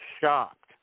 shocked